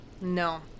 No